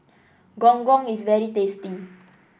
Gong Gong is very tasty